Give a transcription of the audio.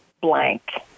blank